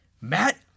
Matt